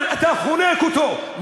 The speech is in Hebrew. אתה חונק אותו,